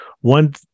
One